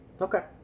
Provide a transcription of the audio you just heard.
Okay